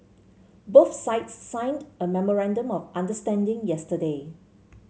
both sides signed a memorandum of understanding yesterday